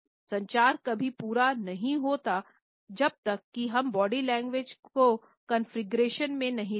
संचार कभी पूरा नहीं होता जब तक कि हम बॉडी लैंग्वेज को कॉन्फ़िगरेशन में नहीं लेते हैं